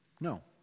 No